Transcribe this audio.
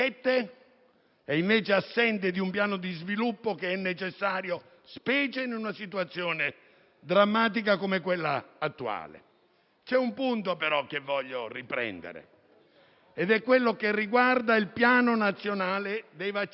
e invece priva di un piano di sviluppo che è necessario, specie in una situazione drammatica come quella attuale. C'è un punto però che desidero riprendere ed è quello che riguarda il Piano nazionale vaccini,